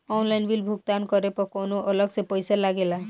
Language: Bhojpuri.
ऑनलाइन बिल भुगतान करे पर कौनो अलग से पईसा लगेला?